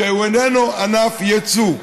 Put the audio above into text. שאיננו ענף יצוא.